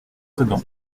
sedan